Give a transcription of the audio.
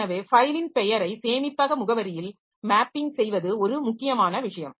எனவே ஃபைலின் பெயரை சேமிப்பக முகவரியில் மேப்பிங் செய்வது ஒரு முக்கியமான விஷயம்